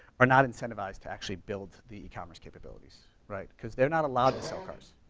are not incentivized to actually build the e-commerce capabilities, right? cause they're not allowed to sell cars.